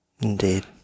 Indeed